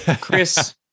Chris